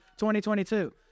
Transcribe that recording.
2022